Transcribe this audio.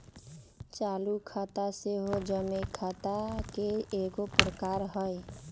चालू खता सेहो जमें खता के एगो प्रकार हइ